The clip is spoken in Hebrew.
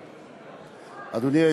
אדוני.